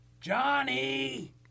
Johnny